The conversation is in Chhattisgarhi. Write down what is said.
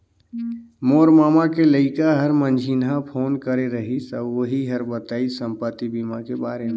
मोर ममा के लइका हर मंझिन्हा फोन करे रहिस अउ ओही हर बताइस संपति बीमा के बारे मे